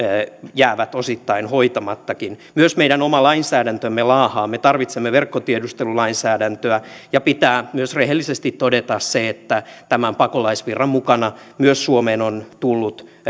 jäävät osittain hoitamattakin myös meidän oma lainsäädäntömme laahaa me tarvitsemme verkkotiedustelulainsäädäntöä ja pitää myös rehellisesti todeta se että tämän pakolaisvirran mukana myös suomeen on tullut